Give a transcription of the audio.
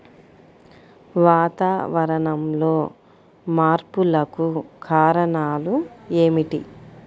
వాతావరణంలో మార్పులకు కారణాలు ఏమిటి?